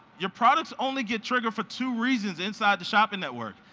your products only get triggered for two reasons inside the shopping network,